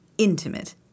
intimate